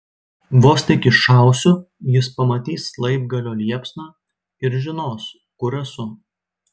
vos tik iššausiu jis pamatys laibgalio liepsną ir žinos kur esu